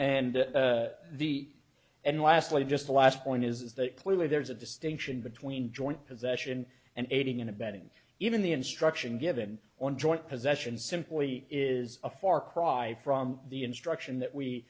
lastly just the last point is that clearly there's a distinction between joint possession and aiding and abetting even the instruction given on joint possession simply is a far cry from the instruction that we